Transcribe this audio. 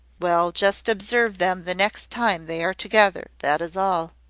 well, just observe them the next time they are together that is all.